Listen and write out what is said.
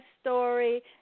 story